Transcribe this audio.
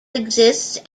exists